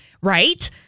Right